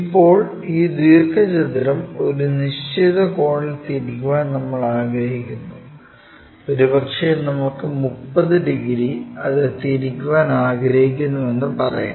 ഇപ്പോൾ ഈ ദീർഘചതുരം ഒരു നിശ്ചിത കോണിൽ തിരിക്കാൻ നമ്മൾ ആഗ്രഹിക്കുന്നു ഒരുപക്ഷേ നമുക്ക് 30 ഡിഗ്രി അത് തിരിക്കാൻ ആഗ്രഹിക്കുന്നുവെന്ന് പറയാം